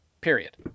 period